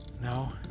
No